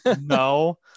no